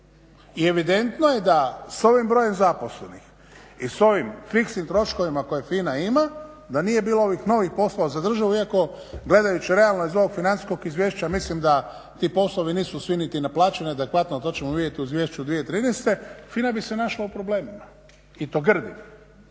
I evidentno je da s ovim brojem zaposlenih i s ovim fiksnim troškovima koje FINA ima da nije bilo ovih novih poslova za državu iako gledajući realno iz ovog financijskog izvješća mislim da ti poslovi nisu svi niti naplaćeni adekvatno, a to ćemo vidjeti u izvješću 2013. FINA bi se našla u problemima i to grdim.